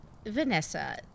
Vanessa